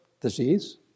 disease